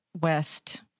west